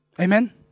Amen